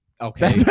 Okay